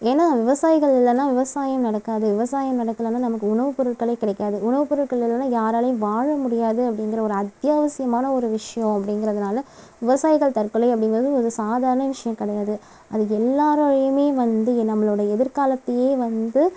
ஏன்னா விவசாயிகள் இல்லைனா விவசாயம் நடக்காது விவசாயம் நடக்கலன்னா நமக்கு உணவுப்பொருட்களே கிடைக்காது உணவுப்பொருட்கள் இல்லைனா யாராலையும் வாழ முடியாது அப்படிங்கிற ஒரு அத்தியாவசியமான ஒரு விஷயம் அப்படிங்கிறதுனால விவசாயிகள் தற்கொலை அப்படிங்கிறது இது சாதாரண விஷயம் கிடையாது அது எல்லாராலையுமே வந்து நம்மளோட எதிர்காலத்தையே வந்து